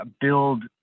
build